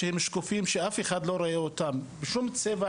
הם שקופים, אף אחד לא רואה אותם, אין להם שום צבע.